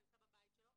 הוא נמצא בבית שלו,